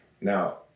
Now